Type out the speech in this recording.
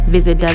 Visit